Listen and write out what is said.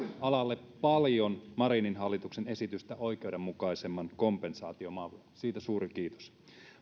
alalle paljon marinin hallituksen esitystä oikeudenmukaisemman kompensaatiomallin siitä suuri kiitos